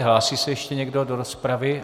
Hlásí se ještě někdo do rozpravy?